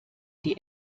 die